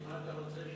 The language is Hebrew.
מה אתה רוצה,